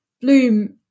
Bloom